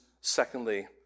secondly